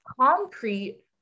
concrete